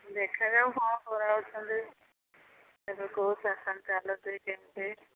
ଦେଖାଯାଉ କ'ଣ କରାହଉଛନ୍ତି ଏବେ କେଉଁ ଶାସନ ଚାଲୁଛି କେମିତି